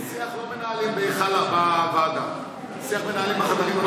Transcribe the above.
שיח לא מנהלים בוועדה, שיח מנהלים בחדרים הצדדיים.